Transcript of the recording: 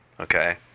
Okay